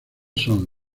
son